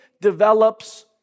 develops